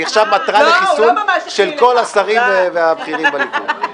אני עכשיו מטרה לחיסול של כל השרים והבכירים בליכוד.